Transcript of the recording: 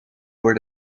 door